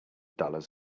dollars